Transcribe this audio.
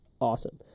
awesome